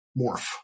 morph